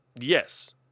Yes